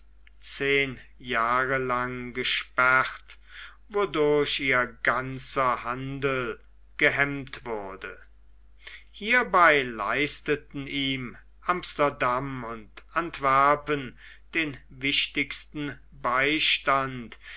zehn jahre lang gesperrt wodurch ihr ganzer handel gehemmt wurde hierbei leisteten ihm amsterdam und antwerpen den wichtigsten beistand